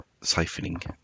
siphoning